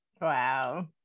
Wow